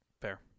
Fair